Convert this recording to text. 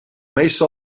meestal